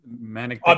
manic